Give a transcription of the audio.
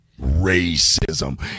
Racism